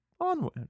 onward